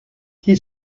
qui